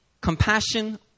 compassion